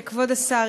כבוד השר,